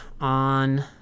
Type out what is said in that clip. on